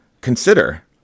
consider